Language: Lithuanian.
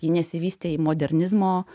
ji nesivystė į modernizmo